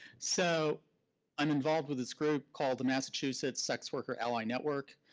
so i'm involved with this group called the massachusetts sex worker ally network.